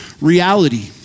reality